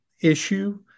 issue